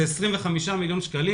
זה 25 מיליון שקלים